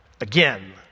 Again